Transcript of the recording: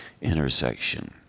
intersection